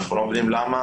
אנחנו לא מבינים למה